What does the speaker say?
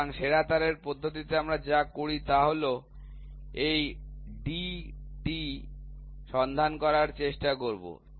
সুতরাং সেরা তারের পদ্ধতিতে আমরা যা করি তা হল আমরা এই d টি সন্ধান করার চেষ্টা করব